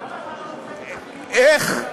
איך?